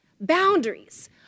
Boundaries